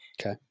Okay